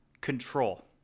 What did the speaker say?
Control